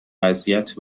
اذیت